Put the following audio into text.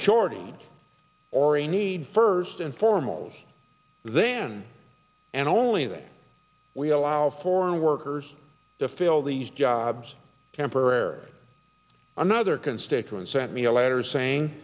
shortage or a need first and foremost then and only that we allow foreign workers to fill these jobs temporarily another constituent sent me a letter saying